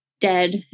dead